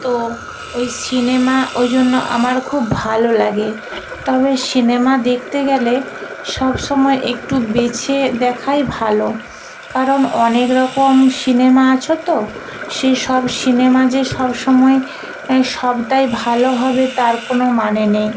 তো ওই সিনেমা ওই জন্য আমার খুব ভালো লাগে তবে সিনেমা দেখতে গেলে সব সময় একটু বেছে দেখাই ভালো কারণ অনেক রকম সিনেমা আছ তো সেসব সিনেমা যে সব সময় সবটাই ভালো হবে তার কোনো মানে নেই